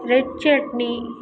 red chutney